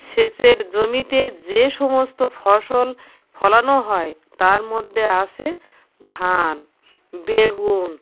সেচের জমিতে যেসমস্ত ফসল ফলানো হয় তার মধ্যে আসে ধান বেগুণ